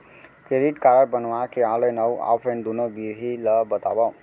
Credit card बनवाए के online अऊ ऑफलाइन दुनो विधि ला बतावव?